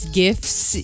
gifts